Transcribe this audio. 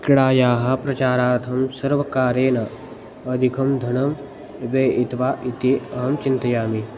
क्रीडायाः प्रचारार्थं सर्वकारेण अधिकं धनं व्ययितवान् इति अहं चिन्तयामि